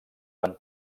van